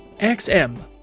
XM